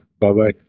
Bye-bye